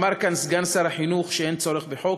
אמר כאן סגן שר החינוך שאין צורך בחוק,